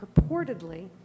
purportedly